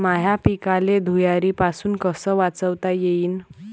माह्या पिकाले धुयारीपासुन कस वाचवता येईन?